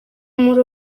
muri